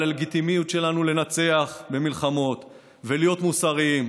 על הלגיטימיות שלנו לנצח במלחמות ולהיות מוסריים,